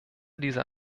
dieser